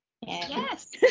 Yes